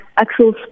actual